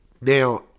now